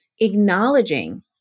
Acknowledging